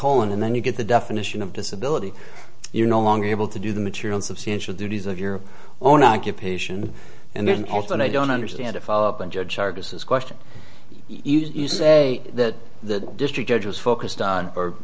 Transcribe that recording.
colon and then you get the definition of disability you're no longer able to do the material substantial duties of your own occupation and then also i don't understand a follow up and judge argus is question ysaye that the district judge was focused on